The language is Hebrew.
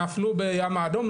שנפלו בים האדום,